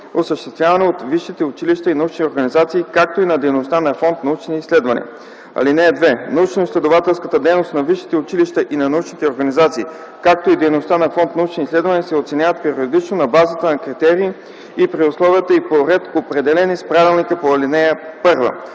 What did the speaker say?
осъществявана от висшите училища и научните организации, както и на дейността на Фонд „Научни изследвания”. (2) Научноизследователската дейност на висшите училища и на научните организации, както и дейността на Фонд „Научни изследвания” се оценяват периодично на базата на критерии и при условия и по ред, определени с правилника по ал. 1.